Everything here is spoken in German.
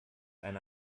eine